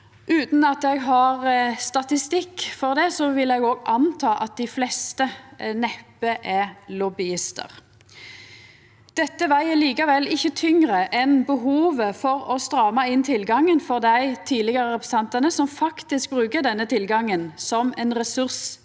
Utan at eg har statistikk over det, vil eg òg anta at dei fleste neppe er lobbyistar. Dette veg likevel ikkje tyngre enn behovet for å stramma inn tilgangen for dei tidlegare representantane som faktisk bruker denne tilgangen som ein ressurs